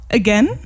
again